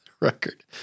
record